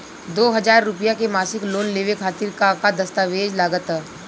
दो हज़ार रुपया के मासिक लोन लेवे खातिर का का दस्तावेजऽ लग त?